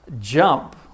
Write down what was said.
jump